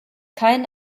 kein